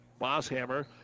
Bosshammer